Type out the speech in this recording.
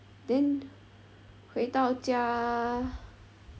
then 回到家